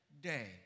day